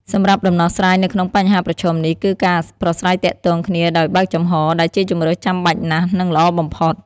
សម្រាប់ដំណោះស្រាយនៅក្នុងបញ្ហាប្រឈមនេះ គឺការប្រាស្រ័យទាក់ទងគ្នាដោយបើកចំហរ ដែលជាជម្រើសចាំបាច់ណាស់ និងល្អបំផុត។